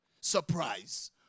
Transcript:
Surprise